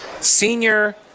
senior